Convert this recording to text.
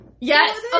Yes